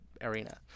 arena